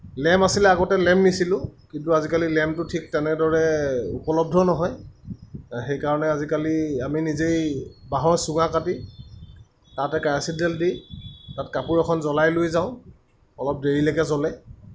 lamp আছিলে আগতে lamp নিছিলোঁ কিন্তু আজিকালি লেমটো ঠিক তেনেদৰে উপলদ্ধ নহয় এই সেইকাৰণে আজিকালি আমি নিজেই বাঁহৰ চুঙা কাটি তাতে কেৰাচিন তেল দি তাত কাপোৰ এখন জ্বলাই লৈ যাওঁ অলপ দেৰিলৈকে জ্বলে